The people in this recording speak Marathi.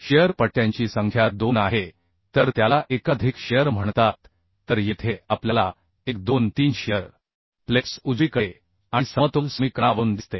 शिअर पट्ट्यांची संख्या दोन आहे तर त्याला एकाधिक शिअर म्हणतात तर येथे आपल्याला एक दोन तीन शिअर प्लेट्स उजवीकडे आणि समतोल समीकरणावरून दिसते